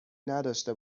نداشته